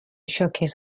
showcase